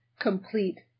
complete